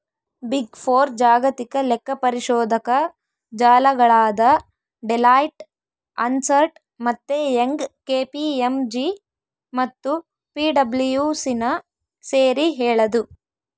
big four ಜಾಗತಿಕ ಲೆಕ್ಕಪರಿಶೋಧಕ ಜಾಲಗಳಾದ ಡೆಲಾಯ್ಟ್, ಅರ್ನ್ಸ್ಟ್ ಮತ್ತೆ ಯಂಗ್, ಕೆ.ಪಿ.ಎಂ.ಜಿ ಮತ್ತು ಪಿಡಬ್ಲ್ಯೂಸಿನ ಸೇರಿ ಹೇಳದು